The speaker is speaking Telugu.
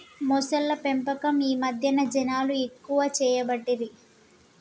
మొసళ్ల పెంపకం ఈ మధ్యన జనాలు ఎక్కువ చేయబట్టిరి